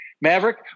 Maverick